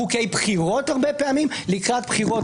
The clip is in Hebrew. הרבה פעמים חוקי בחירות לקראת בחירות,